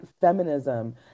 feminism